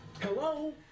Hello